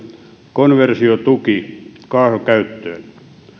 konversiotuki kaasukäyttöön